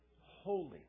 holy